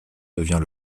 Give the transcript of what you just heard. devient